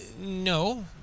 no